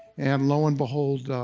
and lo and behold,